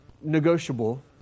negotiable